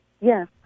Yes